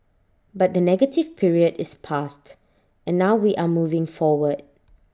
but the negative period is past and now we are moving forward